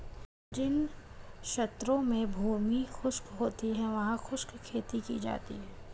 जिन क्षेत्रों में भूमि शुष्क होती है वहां शुष्क खेती की जाती है